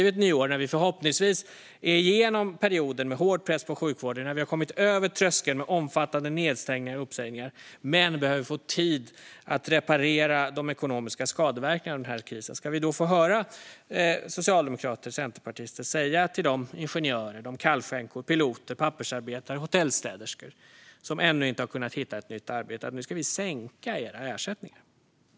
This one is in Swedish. Vid nyår, när vi förhoppningsvis är igenom perioden med hård press på sjukvården och har kommit över tröskeln med omfattande nedstängningar och uppsägningar men behöver få tid att reparera de ekonomiska skadeverkningarna av den här krisen, ska vi då får höra socialdemokrater och centerpartister säga till de ingenjörer, kallskänkor, piloter, pappersarbetare och hotellstäderskor som ännu inte har kunnat hitta ett nytt arbete att nu ska vi sänka era ersättningar?